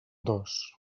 dos